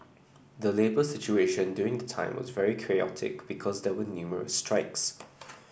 the labour situation during the time was very chaotic because there were numerous strikes